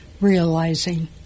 realizing